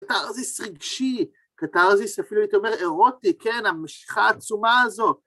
קתרזיס רגשי, קתרזיס אפילו הייתי אומר אירוטי, כן המשיכה העצומה הזאת.